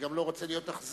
וגם לא רוצה להיות אכזר,